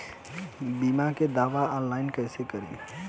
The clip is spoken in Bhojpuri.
बीमा के दावा ऑनलाइन कैसे करेम?